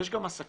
יש גם עסקים